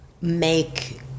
make